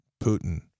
Putin